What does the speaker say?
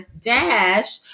dash